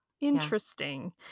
interesting